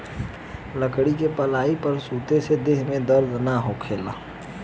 लकड़ी के पलाई पर सुते से देह में दर्द ना होखेला